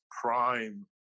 prime